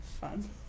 fun